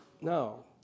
No